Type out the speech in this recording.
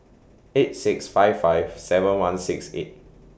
eight six five five seven one six eight